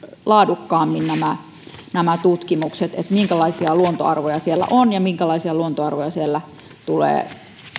laadukkaammin tutkimukset siitä minkälaisia luontoarvoja siellä on ja minkälaisia luontoarvoja siellä tulee